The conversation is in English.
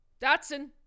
Dotson